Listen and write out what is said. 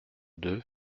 deux